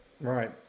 Right